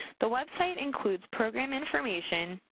the website includes program information,